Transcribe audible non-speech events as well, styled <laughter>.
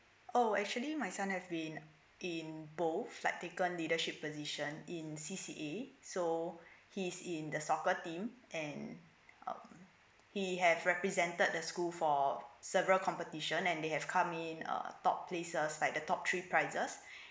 oh actually my son have been involved like taken leadership position in C_C_A so <breath> he is in the soccer team and um he have represented the school for several competition and they have come in uh top places like the top three prices <breath>